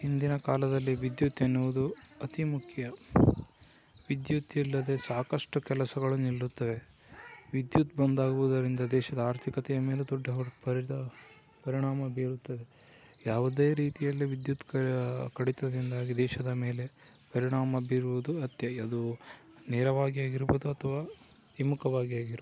ಇಂದಿನ ಕಾಲದಲ್ಲಿ ವಿದ್ಯುತ್ ಎನ್ನುವುದು ಅತೀ ಮುಖ್ಯ ವಿದ್ಯುತ್ ಇಲ್ಲದೆ ಸಾಕಷ್ಟು ಕೆಲಸಗಳು ನಿಲ್ಲುತ್ತವೆ ವಿದ್ಯುತ್ ಬಂದಾಗುವುದರಿಂದ ದೇಶದ ಆರ್ಥಿಕತೆಯ ಮೇಲೂ ದೊಡ್ಡ ಹೊಡ್ ಪರಿದಾ ಪರಿಣಾಮ ಬೀರುತ್ತದೆ ಯಾವುದೇ ರೀತಿಯಲ್ಲಿ ವಿದ್ಯುತ್ ಕಡಿತದಿಂದಾಗಿ ದೇಶದ ಮೇಲೆ ಪರಿಣಾಮ ಬೀರುವುದು ಅತಿಯಾಗಿ ಅದು ನೇರವಾಗಿ ಆಗಿರ್ಬೋದು ಅಥವಾ ಹಿಮ್ಮುಖವಾಗಿ ಆಗಿರ್ಬೋದು